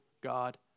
God